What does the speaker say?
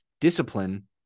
discipline